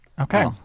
Okay